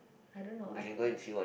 I don't know I I